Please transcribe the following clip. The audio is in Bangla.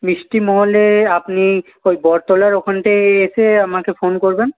মিষ্টি মহলে আপনি ওই বটতলার ওখানটায় এসে আমাকে ফোন করবেন